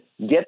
get